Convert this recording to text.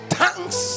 thanks